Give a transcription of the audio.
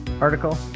article